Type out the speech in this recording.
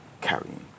carrying